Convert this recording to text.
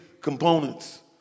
components